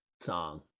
song